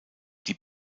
die